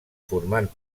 formant